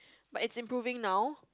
but it's improving now